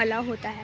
الاؤ ہوتا ہے